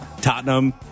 Tottenham